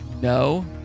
No